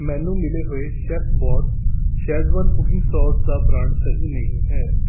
ਮੈਨੂੰ ਮਿਲੇ ਹੋਏ ਸ਼ੈੱਫਬੌਸ ਸ਼ੈਜ਼ਵਾਨ ਕੁਕਿੰਗ ਸਾਸ ਦਾ ਬ੍ਰਾਂਡ ਸਹੀ ਨਹੀਂ ਹੈ